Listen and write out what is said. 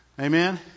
amen